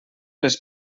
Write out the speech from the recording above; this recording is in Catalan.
les